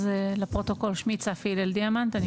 אז לפרוטוקול שמי צפי הלל דיאמנט אני